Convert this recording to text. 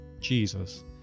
Jesus